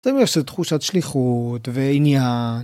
תמיד יש את התחושת שליחות ועניין.